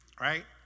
right